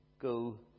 Go